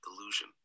illusion